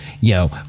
yo